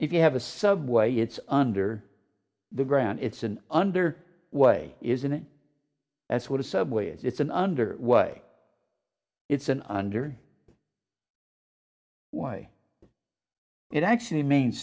if you have a subway it's under the ground it's an under way isn't it that's what a subway is it's an under way it's an under way it actually means